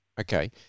okay